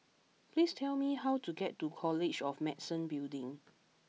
please tell me how to get to College of Medicine Building